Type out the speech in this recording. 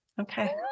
okay